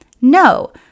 No